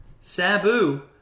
Sabu